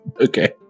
Okay